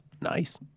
Nice